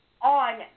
on